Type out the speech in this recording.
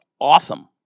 Awesome